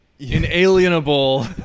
inalienable